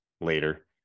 later